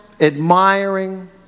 admiring